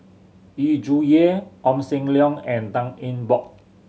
Yu Zhuye Ong Sam Leong and Tan Eng Bock